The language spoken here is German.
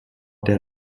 der